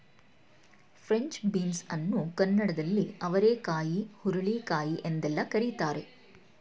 French beans ಅನ್ನು ಕನ್ನಡದಲ್ಲಿ ಅವರೆಕಾಯಿ ಹುರುಳಿಕಾಯಿ ಎಂದೆಲ್ಲ ಕರಿತಾರೆ